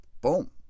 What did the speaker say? boom